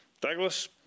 Douglas